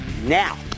Now